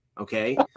Okay